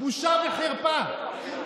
בושה וחרפה.